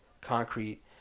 concrete